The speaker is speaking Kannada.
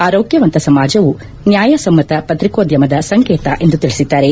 ಆರೋಗ್ಯವಂತ ಸಮಾಜವು ನ್ಯಾಯಸಮ್ಮತ ಪತ್ರಿಕೋದ್ಯಮದ ಸಂಕೇತ ಎಂದು ತಿಳಿಸಿದ್ದಾರೆ